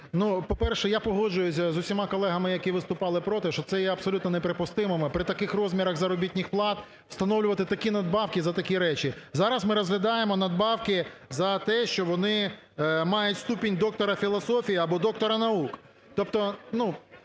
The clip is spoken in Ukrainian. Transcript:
По-перше, я погоджуюся з усіма колегами, які виступали проти, що це є абсолютно неприпустимо при таких розмірах заробітних плат встановлювати такі надбавки за такі речі. Зараз ми розглядаємо надбавки за те, що вони мають ступінь доктора філософії або доктора наук.